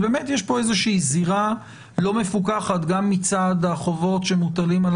באמת יש כאן איזושהי זירה לא מפוקחת גם מצד החובות שמוטלים על